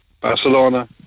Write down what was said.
Barcelona